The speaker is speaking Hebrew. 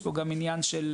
יש פה גם עניין של